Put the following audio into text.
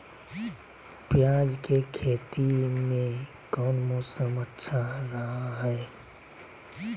प्याज के खेती में कौन मौसम अच्छा रहा हय?